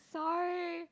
sorry